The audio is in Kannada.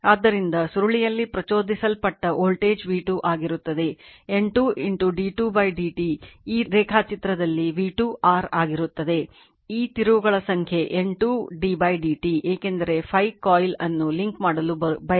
ಆದ್ದರಿಂದ ಸುರುಳಿಯಲ್ಲಿ ಪ್ರಚೋದಿಸಲ್ಪಟ್ಟ ವೋಲ್ಟೇಜ್ v2 ಆಗಿರುತ್ತದೆ N 2 d 2 dt ಈ ರೇಖಾಚಿತ್ರದಲ್ಲಿ v2 r ಆಗಿರುತ್ತದೆ ಈ ತಿರುವುಗಳ ಸಂಖ್ಯೆ N 2 d dt ಏಕೆಂದರೆ phi ಕಾಯಿಲ್ ಅನ್ನು ಲಿಂಕ್ ಮಾಡಲು ಬಯಸುತ್ತದೆ